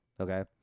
Okay